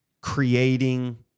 creating